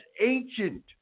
ancient